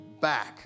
back